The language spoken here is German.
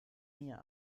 mir